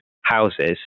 houses